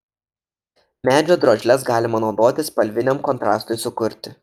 medžio drožles galima naudoti spalviniam kontrastui sukurti